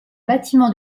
bâtiments